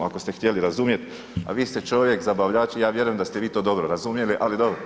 Ako ste htjeli razumjeti, a vi ste čovjek zabavljač i ja vjerujem da ste vi to dobro razumjeli, ali dobro.